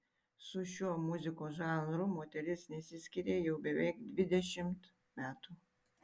su šiuo muzikos žanru moteris nesiskiria jau beveik dvidešimt metų